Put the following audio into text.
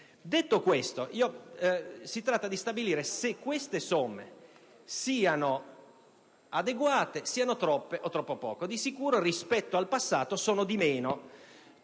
Detto questo, si tratta di stabilire se queste somme siano adeguate, troppe o troppo poche: di sicuro, rispetto al passato, sono inferiori.